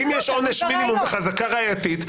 אם יש עונש מינימום בחזקה הראייתית,